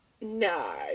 no